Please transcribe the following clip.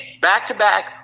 back-to-back